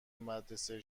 مدرسه